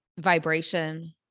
vibration